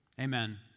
Amen